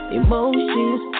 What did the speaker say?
emotions